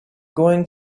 going